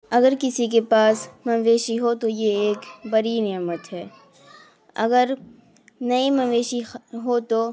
اگر کسی کے پاس مویشی ہو تو یہ ایک بڑی نعمت ہے اگر نئی مویشی کا ہو تو